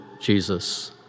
Jesus